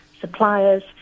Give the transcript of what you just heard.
suppliers